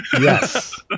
Yes